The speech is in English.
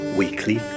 weekly